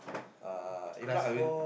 uh if not I will